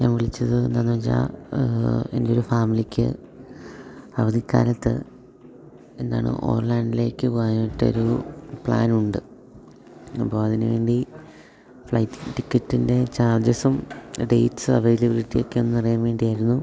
ഞാൻ വിളിച്ചത് എന്താന്ന് വെച്ചാൽ എൻ്റെ ഒര് ഫാമിലിക്ക് അവധിക്കാലത്ത് എന്താണ് ഓർലാൻഡോയിലേക്ക് പോവാനായിട്ടൊരു പ്ലാനുണ്ട് അപ്പോൾ അതിന് വേണ്ടി ഫ്ലൈറ്റ് ടിക്കറ്റിൻ്റെ ചാർജസും ഡേറ്റ്സ് അവൈലബ്ലിറ്റിയൊക്കെ ഒന്നറിയാൻ വേണ്ടിയായിരുന്നു